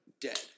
dead